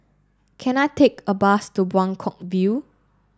can I take a bus to Buangkok View